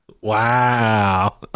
Wow